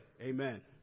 Amen